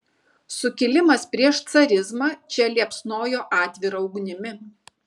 sukilimas prieš carizmą čia liepsnojo atvira ugnimi